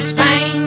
Spain